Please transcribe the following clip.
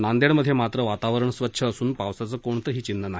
नांदेडमध्ये मात्र वातावरण स्वच्छ असून पावसाचं कोणतंही चिन्ह नाही